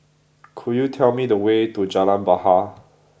could you tell me the way to Jalan Bahar